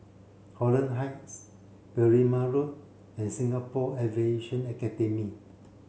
Holland Heights Berrima Road and Singapore Aviation Academy